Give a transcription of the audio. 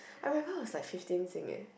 I remember was like fifteen Sing eh